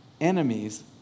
enemies